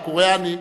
הפרלמנט הקוריאני,